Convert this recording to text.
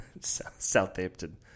Southampton